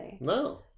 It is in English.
No